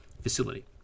facility